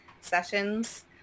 sessions